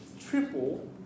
triple